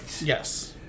yes